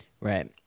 Right